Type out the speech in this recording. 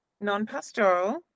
Non-pastoral